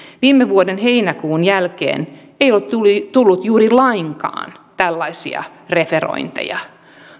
viime vuoden heinäkuun jälkeen ei ollut tullut juuri lainkaan tällaisia referointeja